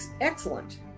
Excellent